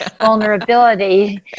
vulnerability